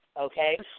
okay